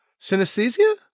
synesthesia